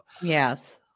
Yes